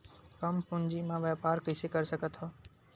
कम पूंजी म व्यापार कइसे कर सकत हव?